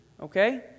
Okay